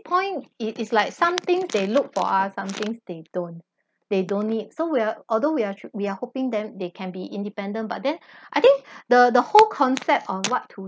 point is is like somethings they look for us somethings they don't they don't need so we're although we are we are hoping them they can be independent but then I think the the whole concept of what to